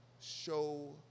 Show